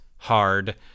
Hard